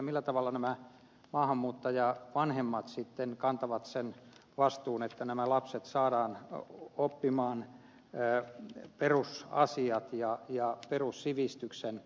millä tavalla nämä maahanmuuttajavanhemmat sitten kantavat sen vastuun että nämä lapset saadaan oppimaan perusasiat ja perussivistys